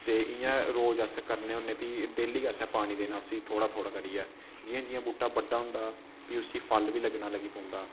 ते इ'यां रोज अस करने होन्ने फ्ही डेली गै असें पानी देना उसी थोह्ड़ा थोह्ड़ा करियै जियां जियां बुह्टा बड्डा होंदा फ्ही उसी फल बी लग्गना लगी पौंदा